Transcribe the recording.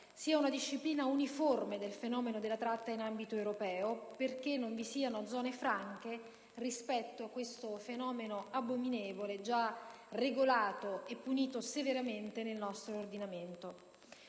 sia una disciplina uniforme del fenomeno della tratta in ambito europeo, perché non vi siano zone franche rispetto a questo fenomeno abominevole già regolato e punito severamente nel nostro ordinamento.